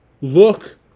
look